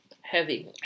heavy